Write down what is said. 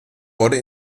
wurde